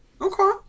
Okay